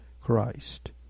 Christ